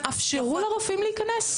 תאפשרו לרופאים להיכנס חופשי.